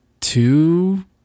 two